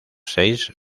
seis